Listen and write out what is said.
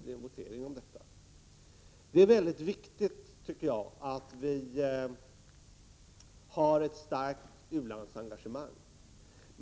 till votering. Jag anser att det är mycket viktigt att vi har ett starkt u-landsengagemang.